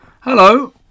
Hello